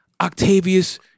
Octavius